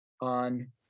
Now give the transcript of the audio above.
on